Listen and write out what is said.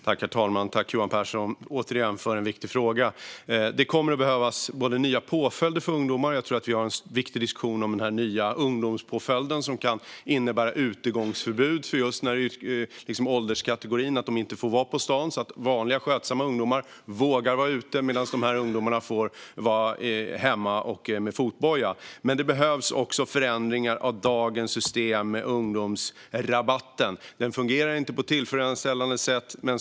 Herr talman! Tack, Johan Pehrson, för en viktig fråga! Det kommer att behövas nya påföljder för ungdomar, och jag tror att vi har en viktig diskussion om den nya ungdomspåföljden som kan innebära utegångsförbud för just den här ålderskategorin och som innebär att de inte får vara på stan så att vanliga skötsamma ungdomar vågar vara ute medan de här ungdomarna får vara hemma med fotboja. Men det behövs också förändringar av dagens system med ungdomsrabatten. Den fungerar inte på ett tillfredsställande sätt.